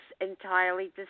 entirely